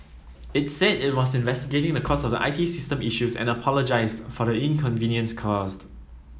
it said it was investigating the cause of the I T system issues and apologised for inconvenience caused